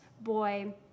boy